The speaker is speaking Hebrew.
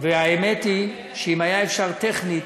והאמת היא שאם היה אפשר טכנית,